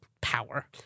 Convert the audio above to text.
power